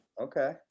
Okay